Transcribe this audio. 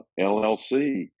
LLC